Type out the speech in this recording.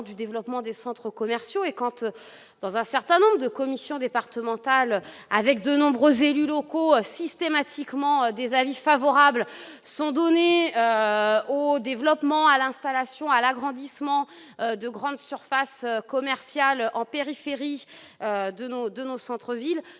du développement des centres commerciaux et compte dans un certain nombre de commissions départementales avec de nombreux élus locaux systématiquement des avis favorables sont donnés au développement à l'installation à l'agrandissement de grandes surfaces commerciales en périphérie de nos, de nos centres-villes